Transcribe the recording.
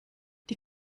die